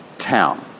town